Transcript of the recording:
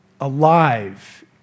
alive